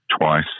twice